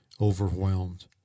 overwhelmed